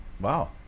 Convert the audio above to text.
Wow